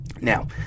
Now